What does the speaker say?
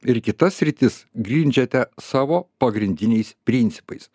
ir kitas sritis grindžiate savo pagrindiniais principais